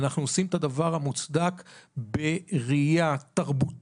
אנחנו עושים את הדבר המוצדק בראייה תרבותית,